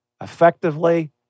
Effectively